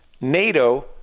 NATO